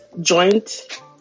Joint